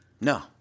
No